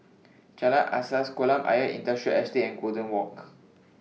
Jalan Asas Kolam Ayer Industrial Estate and Golden Walk